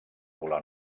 volar